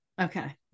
Okay